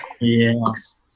Yes